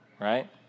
right